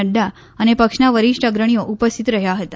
નફા અનેપક્ષના વરિષ્ઠ અગ્રણીઓ ઉપસ્થિત રહ્યા હતા